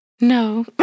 No